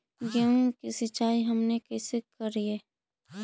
गेहूं के सिंचाई हमनि कैसे कारियय?